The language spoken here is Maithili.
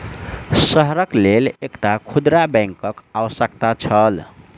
शहरक लेल एकटा खुदरा बैंकक आवश्यकता छल